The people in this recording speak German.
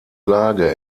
lage